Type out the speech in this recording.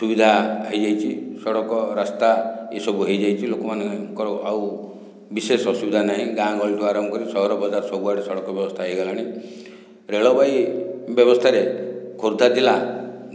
ସୁବିଧା ହୋଇଯାଇଛି ସଡ଼କ ରାସ୍ତା ଏହିସବୁ ହୋଇଯାଇଛି ଲୋକ ମାନେଙ୍କର ଆଉ ବିଶେଷ ଅସୁବିଧା ନାହିଁ ଗାଁ ଗହଳିଠୁ ଆରମ୍ଭ କରି ସହର ବଜାର ସବୁ ଆଡ଼େ ସଡ଼କ ବ୍ୟବସ୍ଥା ହୋଇଗଲାଣି ରେଳବାହୀ ବ୍ୟବସ୍ଥାରେ ଖୋର୍ଦ୍ଧା ଜିଲ୍ଲା